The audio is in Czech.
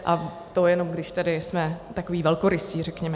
A to jenom, když jsme takoví velkorysí, řekněme.